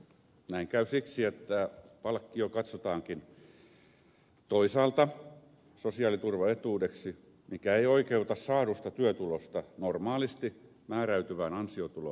näin käy siksi että palkkio katsotaankin toisaalta sosiaaliturvaetuudeksi mikä ei oikeuta saadusta työtulosta normaalisti määräytyvään ansiotulovähennykseen